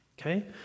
okay